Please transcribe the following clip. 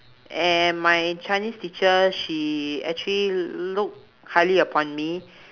and my chinese teacher she actually look highly upon me